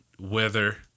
weather